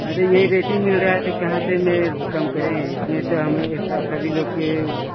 अरे यही रेट ही मिल रहा है तो कहाँ से मैं कम करें इसमें तो हम सभी लोग के ऊ